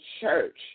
church